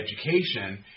education